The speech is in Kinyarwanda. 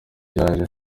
yaje